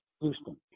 Houston